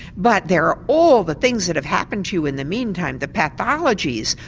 but there are all the things that have happened to you in the meantime the pathologies,